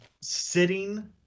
Sitting